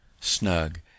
snug